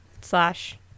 slash